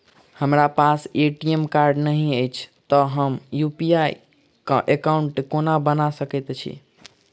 हमरा पास ATM card नहि अछि तए हम यु.पी.आई एकॉउन्ट कोना बना सकैत छी